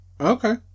okay